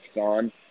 on